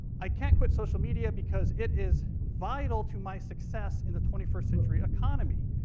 i can't quit social media because it is vital to my success in the twenty first century economy.